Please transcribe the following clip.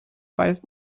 weist